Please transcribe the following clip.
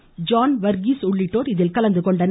ஆல்வி ஜாங் வர்கீஸ் உள்ளிட்டோர் இதில் கலந்து கொண்டனர்